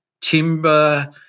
timber